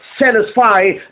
satisfy